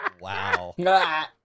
Wow